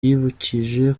yibukije